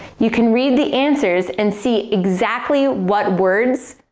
you can read the answers and see exactly what words,